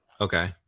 Okay